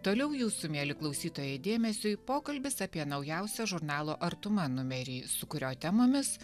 toliau jūsų mieli klausytojai dėmesiui pokalbis apie naujausią žurnalo artuma numerį su kurio temomis